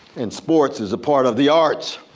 and sports is a part of the arts.